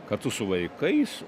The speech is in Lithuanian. kartu su vaikais